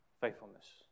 Faithfulness